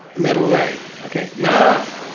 middle way, okay? now.